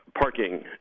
Parking